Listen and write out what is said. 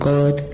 God